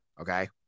Okay